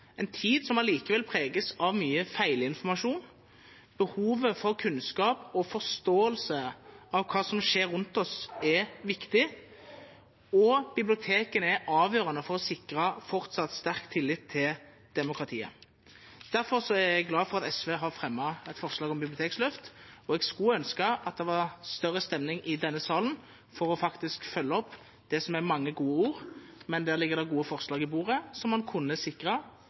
en tid som allikevel preges av mye feilinformasjon. Behovet for kunnskap og forståelse av hva som skjer rundt oss, er viktig, og bibliotekene er avgjørende for å sikre fortsatt sterk tillit til demokratiet. Derfor er jeg glad for at SV har fremmet et forslag om biblioteksløft, og jeg skulle ønske at det var større stemning i denne salen for faktisk å følge opp det som er mange gode ord. Det ligger gode forslag på bordet som man kunne